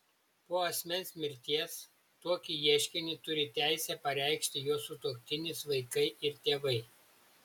po asmens mirties tokį ieškinį turi teisę pareikšti jo sutuoktinis vaikai ir tėvai